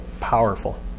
powerful